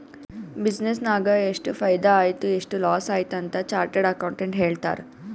business ನಾಗ್ ಎಷ್ಟ ಫೈದಾ ಆಯ್ತು ಎಷ್ಟ ಲಾಸ್ ಆಯ್ತು ಅಂತ್ ಚಾರ್ಟರ್ಡ್ ಅಕೌಂಟೆಂಟ್ ಹೇಳ್ತಾರ್